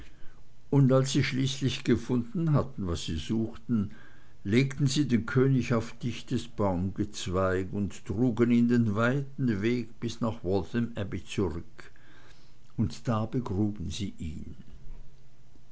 und als sie schließlich gefunden hatten was sie suchten legten sie den könig auf dichtes baumgezweig und trugen ihn den weiten weg bis nach waltham abbey zurück und da begruben sie ihn